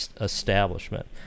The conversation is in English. establishment